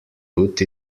put